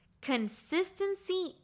Consistency